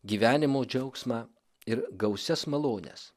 gyvenimo džiaugsmą ir gausias malones